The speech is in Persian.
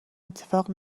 اتفاق